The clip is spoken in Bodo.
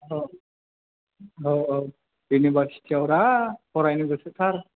औ औ औ इउनिभारसिटियावब्रा फरायनो गोसोथार